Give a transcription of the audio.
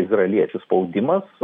izraeliečių spaudimas